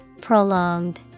Prolonged